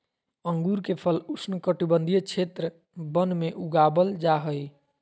अंगूर के फल उष्णकटिबंधीय क्षेत्र वन में उगाबल जा हइ